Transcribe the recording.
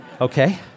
okay